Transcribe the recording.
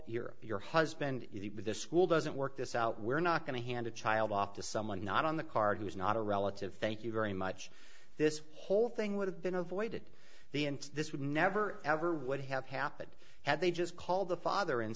your your husband but this school doesn't work this out we're not going to hand it child off to someone not on the card who's not a relative thank you very much this whole thing would have been avoided the and this would never ever would have happened had they just called the father and